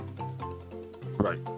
Right